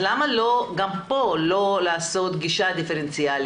אז למה לא לעשות גם פה גישה דיפרנציאלית,